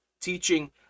teaching